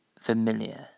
familiar